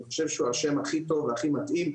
אני חושב שהוא השם הכי טוב והכי מתאים,